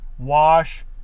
Wash